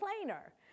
plainer